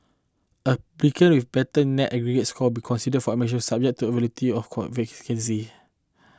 applicant with better net aggregate score will be considered for admission first subject to availability of vacancy